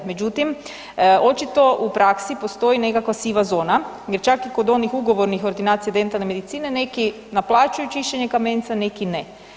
Međutim, očito u praksi postoji nekakva siva zona jer čak i kod onih ugovornih ordinacija dentalne medicine, neki naplaćuju čišćenje kamenca, neki ne.